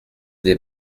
des